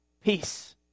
peace